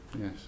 yes